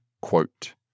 quote